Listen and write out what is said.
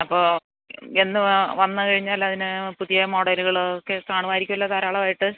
അപ്പോൾ എന്ന് വന്ന് കഴിഞ്ഞാലതിന് പുതിയ മോഡലുകൾ ഒക്കെ കാണുവായിരിക്കുവല്ലോ ധാരാളവായിട്ട്